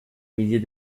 millier